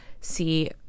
see